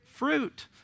fruit